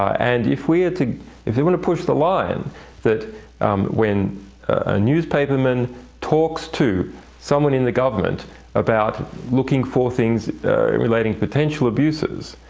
and if we are to if they want to push the line that when a newspaperman talks to someone in the government about looking for things relating to potential abuses,